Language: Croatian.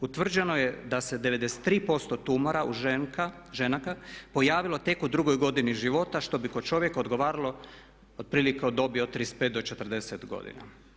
Utvrđeno je da se 93% tumora u ženaka pojavilo tek u 2 godini života što bi kod čovjeka odgovaralo otprilike od dobi od 35 do 40 godina.